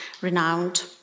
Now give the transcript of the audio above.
renowned